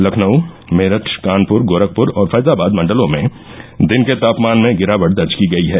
लखनऊ मेरठ कानपुर गोरखपुर और फैजाबाद मण्डलों में दिन के तापमान में गिरावट दर्ज की गयी है